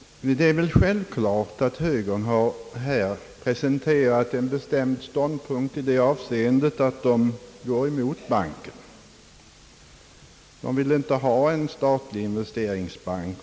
Det är självklart att högern här har presenterat en bestämd ståndpunkt i det avseendet att man går emot förslaget om banken. Man vill av många olika skäl inte ha en statlig investeringsbank.